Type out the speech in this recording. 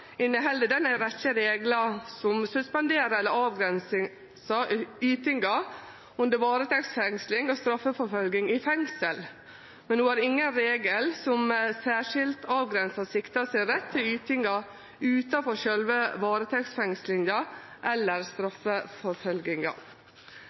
inneheld ho ei rekkje reglar som suspenderer eller avgrensar ytingar under varetektsfengsling og straffeforfølging i fengsel, men ho har ingen regel som særskild avgrensar sikta si rett til ytingar utanfor sjølve varetektsfengslinga eller